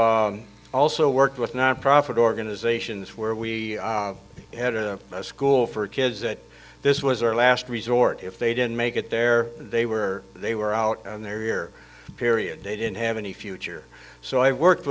worked with nonprofit organizations where we had a school for kids that this was our last resort if they didn't make it there they were they were out on their ear period they didn't have any future so i worked